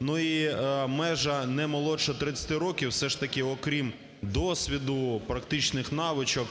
Ну, і межа не молодше 30 років, все ж таки, окрім досвіду, практичних навичок,